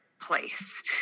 place